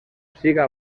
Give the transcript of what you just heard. siga